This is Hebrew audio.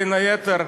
בין היתר,